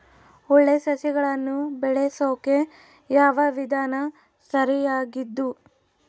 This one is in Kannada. ಒಳ್ಳೆ ಸಸಿಗಳನ್ನು ಬೆಳೆಸೊಕೆ ಯಾವ ವಿಧಾನ ಸರಿಯಾಗಿದ್ದು?